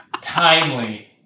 Timely